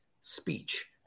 speech